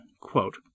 Quote